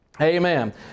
Amen